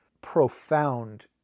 profound